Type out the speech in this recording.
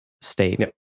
state